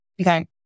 Okay